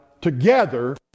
together